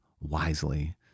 wisely